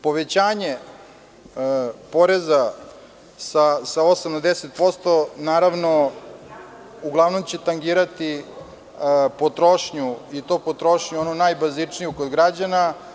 Povećanje poreza sa 8% na 10%, naravno, uglavnom će tangirati potrošnju i to potrošnju najbazičniju kod građana.